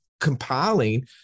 compiling